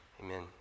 Amen